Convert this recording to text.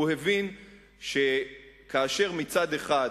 הוא הבין שכאשר מצד אחד